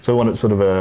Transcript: so want it sort of